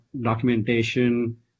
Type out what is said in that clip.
documentation